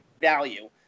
value